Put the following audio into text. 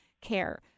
care